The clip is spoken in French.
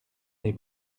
les